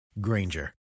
Granger